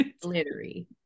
glittery